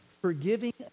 Forgiving